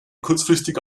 kurzfristig